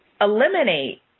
eliminate